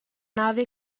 nave